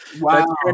wow